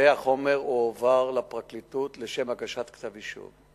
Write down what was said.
והחומר הועבר לפרקליטות לשם הגשת כתב-אישום.